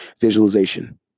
visualization